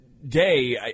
Day